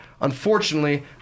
unfortunately